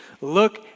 Look